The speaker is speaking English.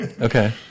Okay